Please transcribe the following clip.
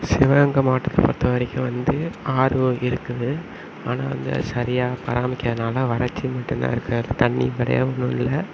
சிவகங்கை மாவட்டத்தை பொறுத்த வரைக்கும் வந்து ஆறு இருக்குது ஆனால் வந்து அது சரியாக பராமரிக்காதனால் வறட்சி மட்டும் தான் இருக்குது இப்போ தண்ணி கிடையாது ஒன்றும் இல்லை